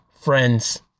friends